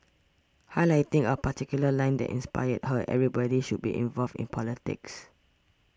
highlighting a particular line that inspired her everybody should be involved in politics